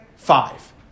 five